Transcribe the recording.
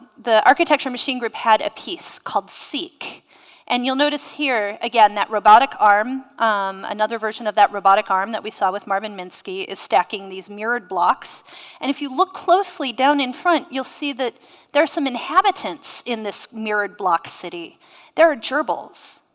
the architecture machine group had a piece called seek and you'll notice here again that robotic arm another version of that robotic arm that we saw with marvin minsky is stacking these mirrored blocks and if you look closely down in front you'll see that there are some inhabitants in this mirrored block city there are gerbils